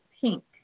pink